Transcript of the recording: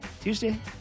Tuesday